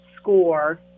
score